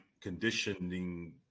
conditioning